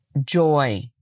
joy